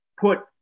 put